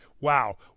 Wow